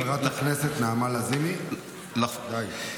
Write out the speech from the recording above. חברת הכנסת נעמה לזימי, די.